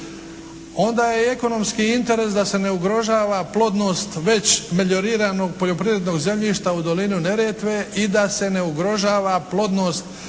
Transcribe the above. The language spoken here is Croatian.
onda je i ekonomski interes da se ne ugrožava plodnost već melioriranog poljoprivrednog zemljišta u dolini Neretve i da se ne ugrožava plodnost